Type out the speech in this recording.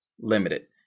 limited